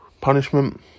punishment